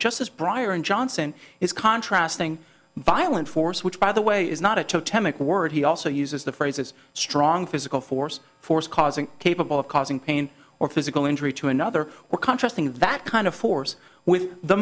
justice pryor and johnson is contrast thing violent force which by the way is not a technical word he also uses the phrase it's strong physical force force causing capable of causing pain or physical injury to another or contrasting that kind of force we the